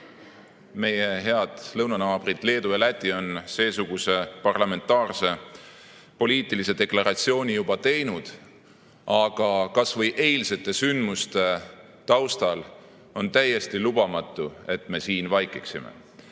Meie head lõunanaabrid Leedu ja Läti on seesuguse parlamentaarse poliitilise deklaratsiooni juba teinud. Aga kas või eilsete sündmuste taustal on täiesti lubamatu, et me siin vaikiksime.